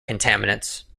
contaminants